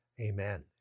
Amen